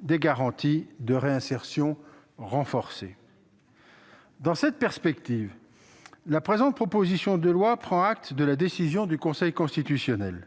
des garanties de réinsertion renforcées. Dans cette perspective, la présente proposition de loi, prenant acte de la décision du Conseil constitutionnel,